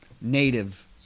native